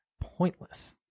pointless